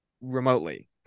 remotely